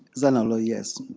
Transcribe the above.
santoli, yes.